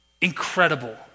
incredible